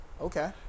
okay